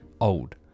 old